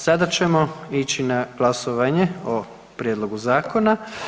Sada ćemo ići na glasovanje o prijedlogu zakona.